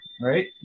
right